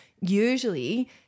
Usually